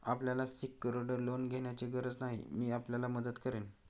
आपल्याला secured loan घेण्याची गरज नाही, मी आपल्याला मदत करेन